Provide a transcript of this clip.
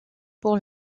pour